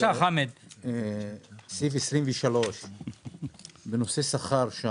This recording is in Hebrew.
סעיף 23. נושא שכר.